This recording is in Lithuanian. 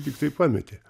tiktai pametė